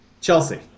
Chelsea